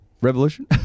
Revolution